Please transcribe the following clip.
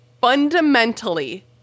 fundamentally